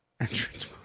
entrance